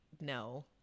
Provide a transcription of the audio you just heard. no